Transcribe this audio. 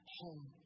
home